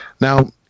Now